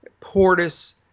Portis